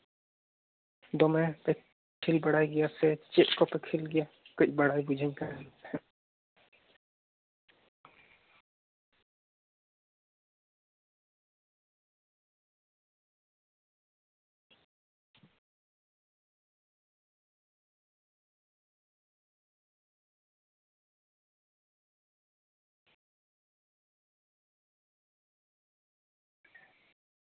ᱫᱚᱢᱮ ᱯᱮ ᱠᱷᱮᱹᱞ ᱵᱟᱲᱟᱭ ᱜᱮᱭᱟ ᱥᱮ ᱪᱮᱫ ᱠᱚᱯᱮ ᱠᱷᱮᱹᱞ ᱜᱮᱭᱟ ᱠᱟᱹᱡ ᱵᱟᱲᱟᱭ ᱵᱩᱡᱷᱟᱹᱣᱤᱧ ᱠᱟᱱ ᱛᱟᱦᱮᱸᱫ